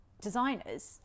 designers